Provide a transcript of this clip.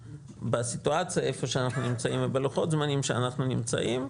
בסיטואציה שאנחנו נמצאים ובלוחות הזמנים שאנחנו נמצאים,